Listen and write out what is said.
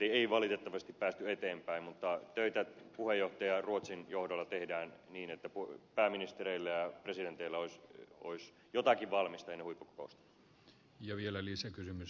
ei valitettavasti päästy eteenpäin mutta töitä puheenjohtaja ruotsin johdolla tehdään niin että pääministereillä ja presidenteillä olisi jotakin valmista ennen huippukokousta